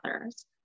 others